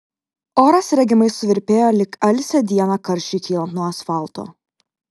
oras regimai suvirpėjo lyg alsią dieną karščiui kylant nuo asfalto